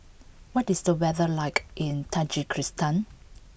what is the weather like in Tajikistan